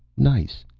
nice.